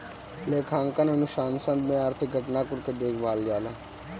लेखांकन अनुसंधान में आर्थिक घटना कुल के भी देखल जाला